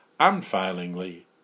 unfailingly